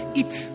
eat